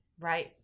Right